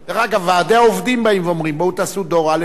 ועדי העובדים באים ואומרים: בואו תעשו דור א' ודור ב'.